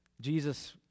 Jesus